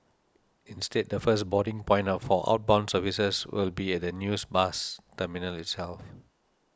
instead the first boarding point of for outbound services will be at the news bus terminal itself